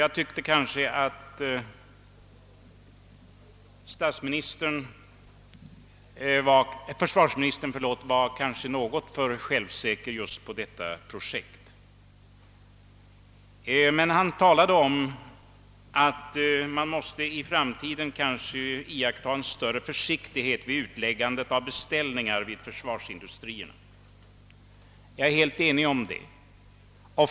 Jag tyckte kanske att försvarsministern var något för självsäker just beträffande detta projekt, men han sade att man i framtiden kanske måste iaktta en större försiktighet vid utläggandet av beställningar hos försvarsindustrin. Jag är helt enig med honom härvidlag.